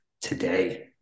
today